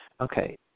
Okay